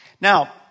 Now